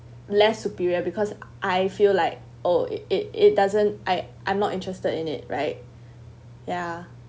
less superior because I feel like oh it it it doesn't I I'm not interested in it right ya